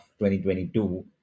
2022